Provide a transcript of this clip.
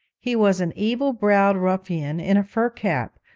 he was an evil-browed ruffian in a fur cap,